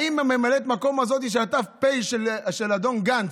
האם ממלאת המקום הזאת, שהייתה פה, של אדון גנץ,